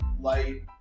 light